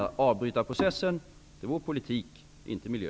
Att avbryta processen vore politik och inte miljö.